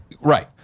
right